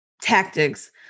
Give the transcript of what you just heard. tactics